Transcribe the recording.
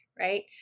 right